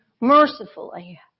Mercifully